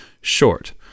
short